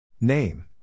name